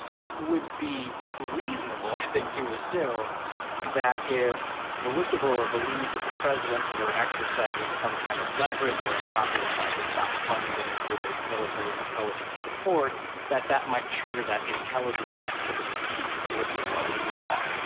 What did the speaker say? it would be reasonable to assume that if the whistleblower believed that the president were exercising some kind of leverage or improperly trying to stop funding that included military and intelligence support that that might trigger that intelligence activity piece in the whistleblower law.